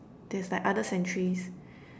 there's like other centuries